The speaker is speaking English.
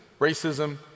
racism